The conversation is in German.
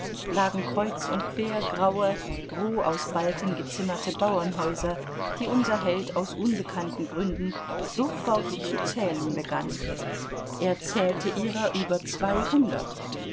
lagen kreuz und quer graue roh aus balken gezimmerte bauernhäuser die unser held aus unbekannten gründen sofort zu zählen begann er zählte ihrer über zweihundert